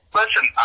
listen